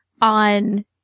on